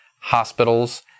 hospitals